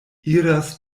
iras